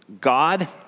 God